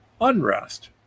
unrest